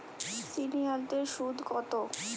সিনিয়ারদের সুদ কত?